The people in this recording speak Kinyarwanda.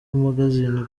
magazine